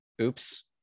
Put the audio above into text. Oops